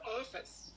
office